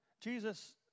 Jesus